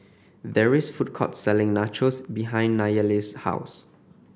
there's a food court selling Nachos behind Nayeli's house